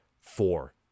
four